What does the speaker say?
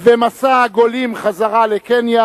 ומסע הגולים חזרה לקניה,